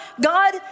God